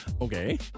Okay